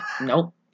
nope